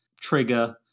trigger